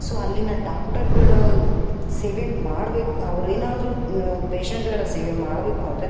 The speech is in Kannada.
ಸೊ ಅಲ್ಲಿನ ಡಾಕ್ಟರುಗಳಾ ಸೇವೆ ಮಾಡ್ಬೇಕು ಅವ್ರು ಏನಾದರೂ ಪೇಷಂಟುಗಳ ಸೇವೆ ಮಾಡಬೇಕು ಅಂದರೆ